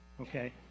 Okay